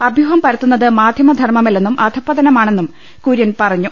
അഭ്യൂഹം പരത്തു ന്നത് മാധ്യമ ധർമ്മമല്ലെന്നും അധപതനമാണെന്നും കുര്യൻ പറഞ്ഞു